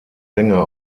sänger